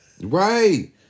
right